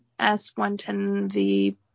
S110V